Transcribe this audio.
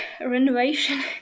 renovation